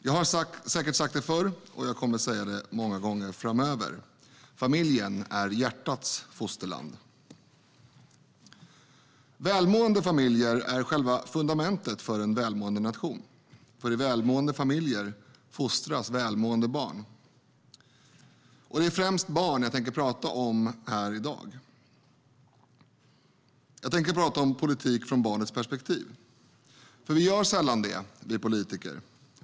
Jag har säkert sagt det förr, och jag kommer att säga det många gånger framöver: Familjen är hjärtats fosterland. Välmående familjer är själva fundamentet för en välmående nation, för i välmående familjer fostras välmående barn. Det var främst barn jag tänkte prata om i dag. Jag tänkte prata om politik från barnets perspektiv. Vi gör sällan det, vi politiker.